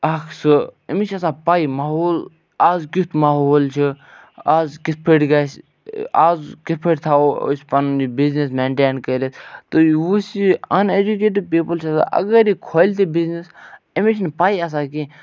اَکھ سُہ أمِس چھِ آسان پَے ماحول اَز کٮُ۪تھ ماحول چھُ اَز کِتھٕ پٲٹھۍ گژھِ اَز کِتھٕ پٲٹھۍ تھاوَو أسۍ پَنُن یہِ بِزنِس مینٹین کٔرِتھ تہٕ یُس یہِ اَن ایٚجوٗکیٹِڈ پیٖپُل چھُ آسان اَگَر یہِ کھولہِ تہِ بِزنِس أمِس چھِ نہٕ پَے آسان کیٚنٛہہ